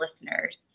listeners